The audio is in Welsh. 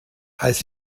aeth